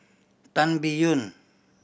Ban Biyun